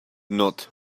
not